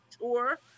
tour